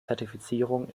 zertifizierung